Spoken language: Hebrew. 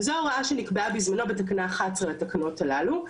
וזו ההוראה שנקבע בזמנו בתקנה 11 לתקנות הללו.